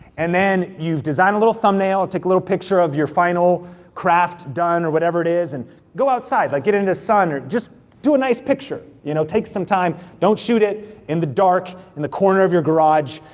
and then you've designed a little thumbnail, take a little picture of your final craft done, or whatever it is, and go outside, like get in the sun, or just do a nice picture, you know? take some time, don't shoot it in the dark, in the corner of your garage,